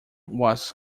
was